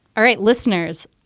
all right. listeners,